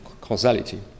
causality